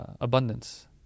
abundance